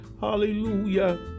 hallelujah